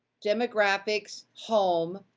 demographics, home,